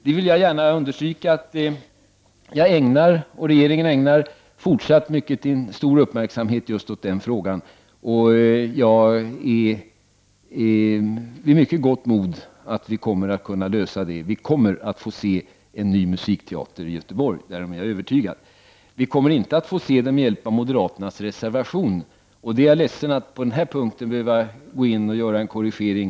Jag vill gärna understryka att jag och regeringen ägnar fortsatt mycket stor uppmärksamhet åt just den frågan, och jag är vid mycket gott mod. Vi kommer att få se en ny musikteater i Göteborg, därom är jag övertygad. Vi kommer inte att få se den med hjälp av moderaternas reservation. Jag är ledsen att på den punkten behöva gå in och göra en korrigering.